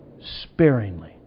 sparingly